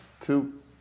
Two